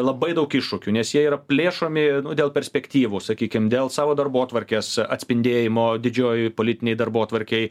labai daug iššūkių nes jie yra plėšomi dėl perspektyvų sakykim dėl savo darbotvarkės atspindėjimo didžiojoj politinėj darbotvarkėj